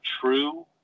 true